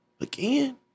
Again